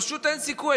פשוט אין סיכוי,